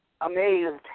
amazed